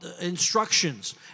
instructions